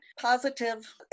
positive